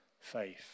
faith